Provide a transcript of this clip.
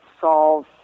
solve